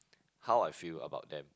how I feel about them